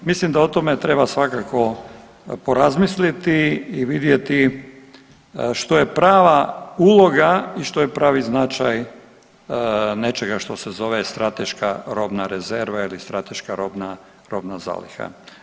Mislim da o tome treba svakako porazmisliti i vidjeti što je prava uloga i što je pravi značaj nečega što se zove strateška robna rezerva ili strateška robna zaliha.